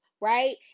right